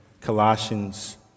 Colossians